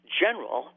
general